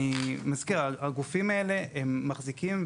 אני מזכיר שהפעילות שהגופים האלה אמורים